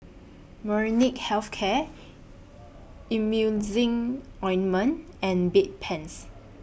Molnylcke Health Care Emulsying Ointment and Bedpans